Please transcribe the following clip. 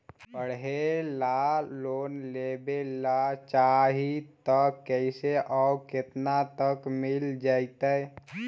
पढ़े ल लोन लेबे ल चाह ही त कैसे औ केतना तक मिल जितै?